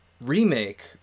remake